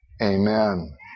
Amen